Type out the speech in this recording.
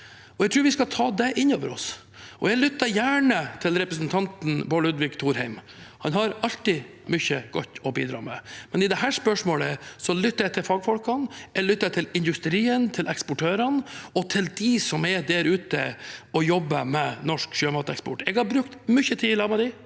jeg tror vi skal ta det innover oss. Jeg lytter gjerne til representanten Bård Ludvig Thorheim, han har alltid mye godt å bidra med, men i dette spørsmålet lytter jeg til fagfolkene – jeg lytter til industrien, til eksportørene og til dem som er der ute og jobber med norsk sjømateksport. Jeg har brukt mye tid sammen